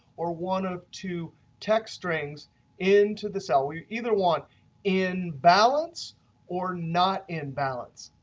or one or two text strings into the cell. we either want in balance or not in balance.